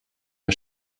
der